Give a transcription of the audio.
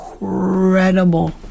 incredible